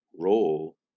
role